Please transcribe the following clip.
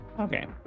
Okay